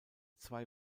zwei